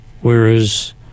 whereas